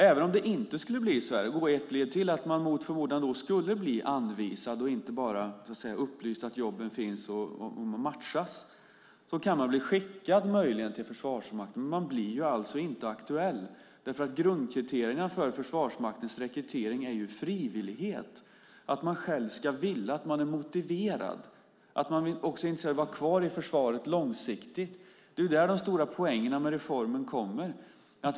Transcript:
Även om det inte skulle bli så och man mot förmodan skulle bli anvisad - alltså inte bara bli upplyst om att jobben finns, bli matchad och möjligen skickad till Försvarsmakten - blir man inte aktuell därför att grundkriterierna för Försvarsmaktens rekrytering är frivillighet, att man själv ska vilja, att man är motiverad, att man är intresserad av att vara kvar i försvaret långsiktigt. Det är där de stora poängerna med reformen kommer.